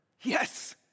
Yes